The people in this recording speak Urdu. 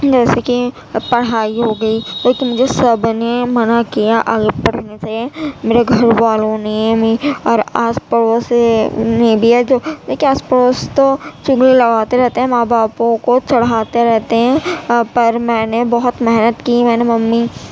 جیسے کہ پڑھائی ہو گئی لیکن جو سب نے منع کیا آگے پڑھنے سے میرے گھر والوں نے اور آس پڑوس نے بھی ہے جو آس پڑوس تو چغل لگاتے رہتے ہیں ماں باپوں کو چڑھاتے رہتے ہیں پر میں نے بہت محنت کی میں نے ممی